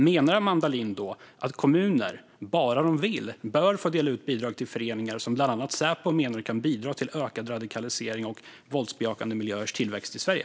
Menar Amanda Lind då att kommuner om de bara vill bör få dela ut bidrag till föreningar som bland annat Säpo menar kan bidra till ökad radikalisering och våldsbejakande miljöers tillväxt i Sverige?